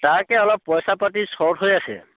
তাকে অলপ পইচা পাতি চৰ্ট হৈ আছে